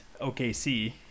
OKC